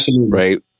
right